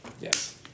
Yes